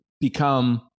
Become